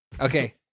Okay